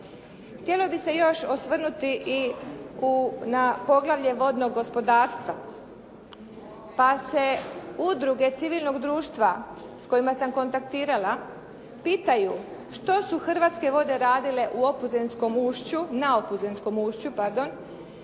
Htjela bih se još osvrnuti i ja poglavlje vodnog gospodarstva, pa se udruge civilnog društva s kojima sam kontaktirala pitaju što su Hrvatske vode radile u opuzenskom ušću, na opuzenskom ušću pardon